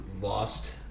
lost